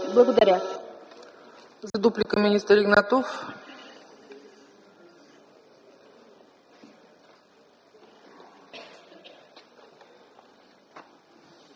Благодаря.